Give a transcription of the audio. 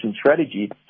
strategy